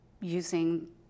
using